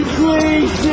please